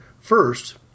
First